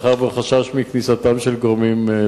מאחר שהוא חשש מכניסתם של גורמים.